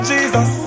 Jesus